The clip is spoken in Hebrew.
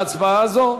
להצבעה הזו,